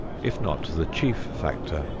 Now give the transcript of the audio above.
if not the chief factor,